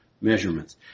measurements